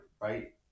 right